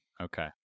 Okay